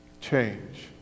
Change